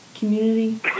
community